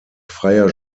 freier